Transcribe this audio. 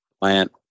plant